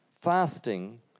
Fasting